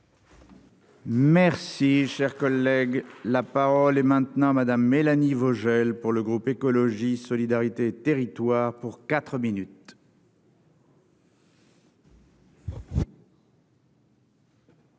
Merci, cher collègue, la parole est maintenant Madame Mélanie Vogel pour le groupe Écologie Solidarité territoire pour 4 minutes.